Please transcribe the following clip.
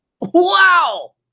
Wow